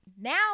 Now